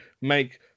make